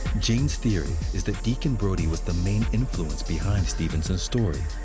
jane's theory is that deacon brodie was the main influence behind stevenson's story.